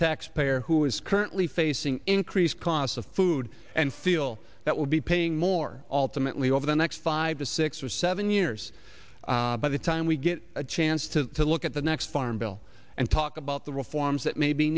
taxpayer who is currently facing increased costs of food and feel that will be paying more alternately over the next five to six or seven years by the time we get a chance to look at the next farm bill and talk about the reforms that may be